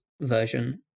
version